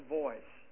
voice